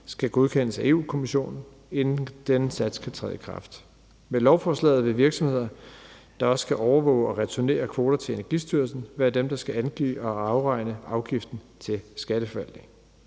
skal godkendes af Europa-Kommissionen, inden denne sats kan træde i kraft. Med lovforslaget vil virksomheder, der også skal overvåge og returnere kvoter til Energistyrelsen, være dem, der skal angive og afregne afgiften til Skatteforvaltningen.